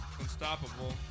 unstoppable